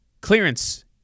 Clearance